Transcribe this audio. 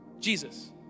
Jesus